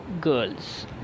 girls